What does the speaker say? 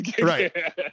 Right